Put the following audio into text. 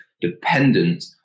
dependent